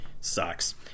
Sucks